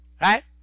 right